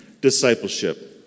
discipleship